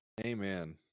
Amen